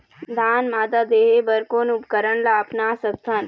धान मादा देहे बर कोन उपकरण ला अपना सकथन?